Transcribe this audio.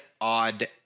odd